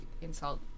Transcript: insult